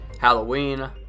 Halloween